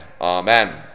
amen